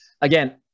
again